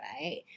right